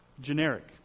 Generic